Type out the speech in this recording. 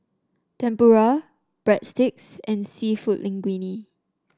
Tempura Breadsticks and seafood Linguine